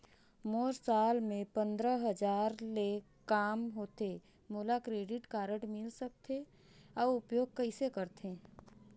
मोर साल मे पंद्रह हजार ले काम होथे मोला क्रेडिट कारड मिल सकथे? अउ उपयोग कइसे करथे?